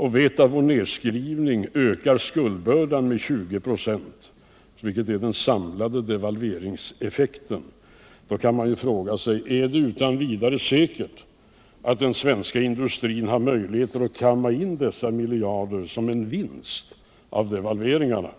Vi vet att nedskrivningen ökar vår skuldbörda med 20 96, som är den samlade devalveringseffekten. Man kan då fråga sig: Är det utan vidare säkert all den svenska industrin har möjligheter att kamma in dessa miljarder som en vinst av devalveringarna?